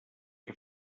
que